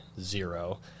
zero